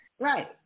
Right